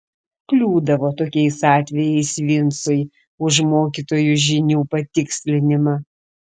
kliūdavo tokiais atvejais vincui už mokytojų žinių patikslinimą